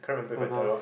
so now